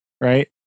right